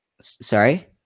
Sorry